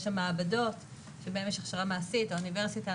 שם מעבדות שבהן יש הכשרה מעשית; האוניברסיטה,